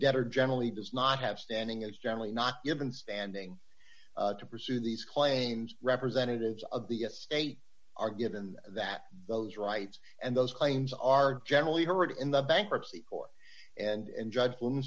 debtor generally does not have standing is generally not given standing to pursue these claims representatives of the state are given that those rights and those claims are generally heard in the bankruptcy court and judge